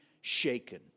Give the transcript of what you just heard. shaken